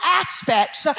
aspects